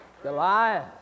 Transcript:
Goliath